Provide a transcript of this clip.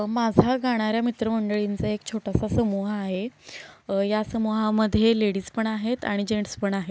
माझा गाणाऱ्या मित्रमंडळींचा एक छोटासा समूह आहे या समूहामध्ये लेडीज पण आहेत आणि जेंट्स पण आहेत